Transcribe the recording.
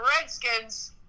Redskins